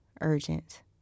urgent